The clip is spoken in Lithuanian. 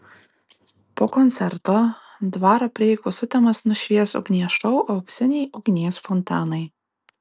po koncerto dvaro prieigų sutemas nušvies ugnies šou auksiniai ugnies fontanai